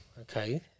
okay